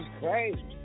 crazy